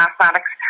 mathematics